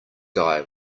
guy